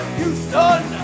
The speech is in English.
Houston